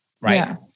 right